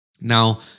now